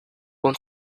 want